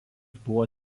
buvo